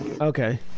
Okay